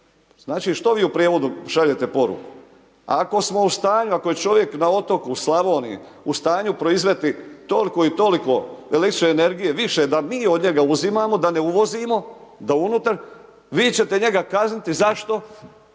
Znači što vi u prijevodu šaljete poruku? Ako smo u stanju, ako je čovjek na otoku u Slavoniji, u stanju proizvesti toliko i toliko el. energije više da mi od njega uzimamo, da ne uvozimo, da unutar, vi ćete njega kazniti, zašto?